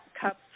cup's